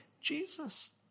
Jesus